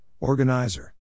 organizer